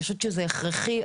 אני חושבת שזה הכרחי,